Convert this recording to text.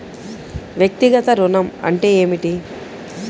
వ్యక్తిగత ఋణం అంటే ఏమిటి?